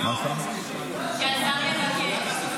שהשר יבקש.